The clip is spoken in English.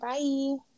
Bye